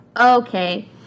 Okay